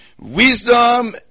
Wisdom